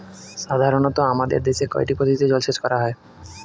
সাধারনত আমাদের দেশে কয়টি পদ্ধতিতে জলসেচ করা হয়?